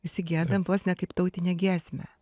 visi giedam vos ne kaip tautinę giesmę